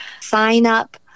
sign-up